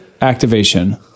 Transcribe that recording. activation